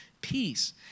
peace